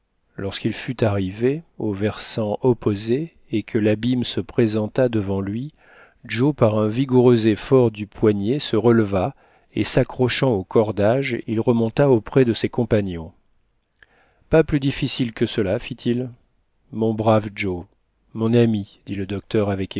lorsqu'il fut arrivé au versant opposé et que l'abîme se présenta devant lui joe par un vigoureux effort du poignet se releva et s'accrochant aux cordages il remonta auprès de ses compagnons pas plus difficile que cela fit-il mon brave joe mon ami dit le docteur